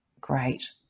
great